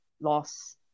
loss